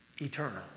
eternal